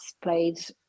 played